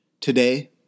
Today